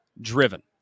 driven